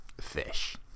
Fish